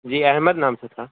جی احمد نام سے تھا